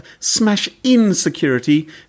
smashinsecurity